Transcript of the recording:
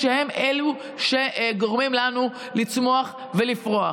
כשהם אלו שגורמים לנו לצמוח ולפרוח?